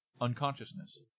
unconsciousness